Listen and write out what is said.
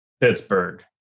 pittsburgh